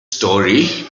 story